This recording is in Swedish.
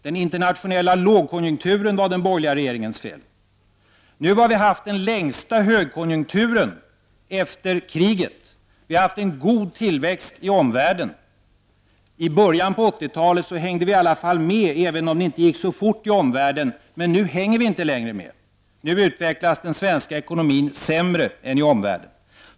Den internationella lågkonjunkturen var den borgerliga regeringens fel. Nu har vi i Sverige haft den längsta högkonjunkturen efter kriget. Det har varit en god tillväxt i omvärlden. I början av 80-talet hängde vi i alla fall med, även om det inte gick så fort i omvärlden. Men nu hänger vi inte med längre. Nu utvecklas den svenska ekonomin sämre än omvärldens.